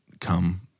come